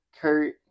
Kurt